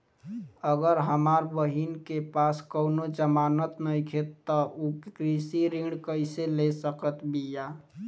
अगर हमार बहिन के पास कउनों जमानत नइखें त उ कृषि ऋण कइसे ले सकत बिया?